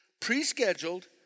pre-scheduled